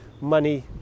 money